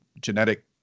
genetic